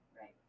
right